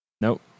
Nope